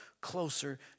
closer